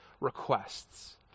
requests